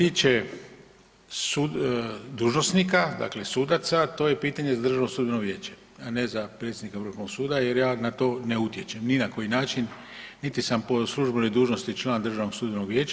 Što se tiče dužnosnika dakle sudaca to je pitanje za Državno sudbeno vijeće, a ne za predsjednika Vrhovnog suda jer ja na to ne utječem ni na koji način, niti sam po službenoj dužnosti član Državnog sudbenog vijeća.